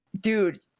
Dude